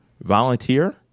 volunteer